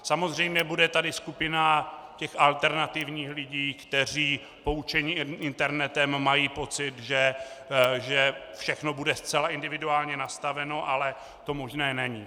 Samozřejmě bude tady skupina těch alternativních lidí, kteří poučeni internetem mají pocit, že všechno bude zcela individuálně nastaveno, ale to možné není.